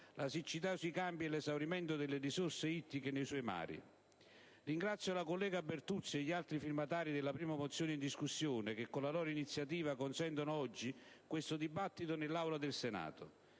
la siccità sui campi e l'esaurimento delle risorse ittiche nei suoi mari. Ringrazio la collega Bertuzzi e gli altri firmatari della prima mozione in discussione, che con la loro iniziativa consentono oggi questo dibattito nell'Aula del Senato,